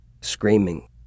Screaming